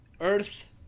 Earth